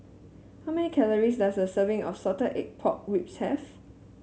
how many calories does a serving of Salted Egg Pork Ribs have